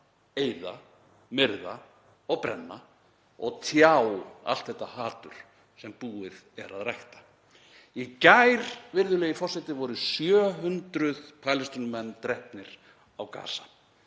eyða, myrða og brenna og tjá allt þetta hatur sem búið er að rækta. Í gær, virðulegi forseti, voru 700 Palestínumenn drepnir á Gaza,